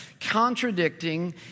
contradicting